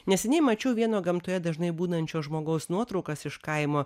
neseniai mačiau vieno gamtoje dažnai būnančio žmogaus nuotraukas iš kaimo